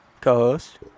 co-host